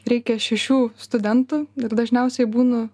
reikia šešių studentų ir dažniausiai būnu